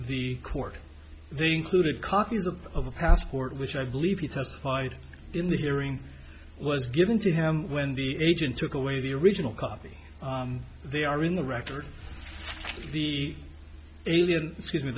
the court they included copies of the passport which i believe he testified in the hearing was given to him when the agent took away the original copy they are in the record the alien excuse me